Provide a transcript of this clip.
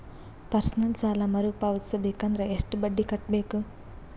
Personal ಸಾಲ ಮರು ಪಾವತಿಸಬೇಕಂದರ ಎಷ್ಟ ಬಡ್ಡಿ ಕಟ್ಟಬೇಕು?